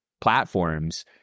platforms